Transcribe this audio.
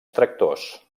tractors